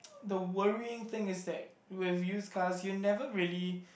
the worrying thing is that with used cars you never really